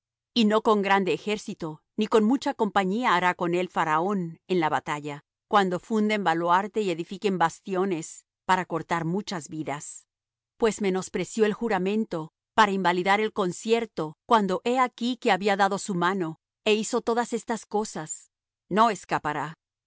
y no con grande ejército ni con mucha compañía hará con él faraón en la batalla cuando funden baluarte y edifiquen bastiones para cortar muchas vidas pues menospreció el juramento para invalidar el concierto cuando he aquí que había dado su mano é hizo todas estas cosas no escapará